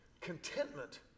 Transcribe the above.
Contentment